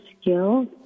skills